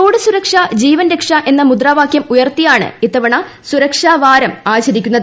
road സുരക്ഷ ജീവൻ രക്ഷ എന്ന മുദ്രാവാക്യം ഉയർത്തിയാണ് ഇത്തവണ സുരക്ഷാവാരം ആചരിക്കുന്നത്